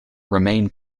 remain